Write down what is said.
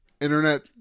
internet